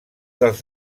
dels